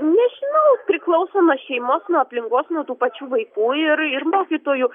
nežinau priklauso nuo šeimos nuo aplinkos nuo tų pačių vaikų ir ir mokytojų